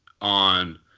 on